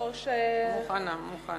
מוכנה, מוכנה.